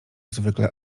zwykle